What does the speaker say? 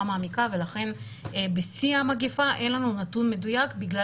מעמיקה ולכן בשיא המגפה אין לנו נתון מדויק בגלל